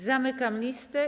Zamykam listę.